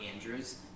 Andrews